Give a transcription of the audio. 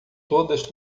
todas